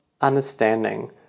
Understanding